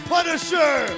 Punisher